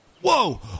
Whoa